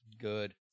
Good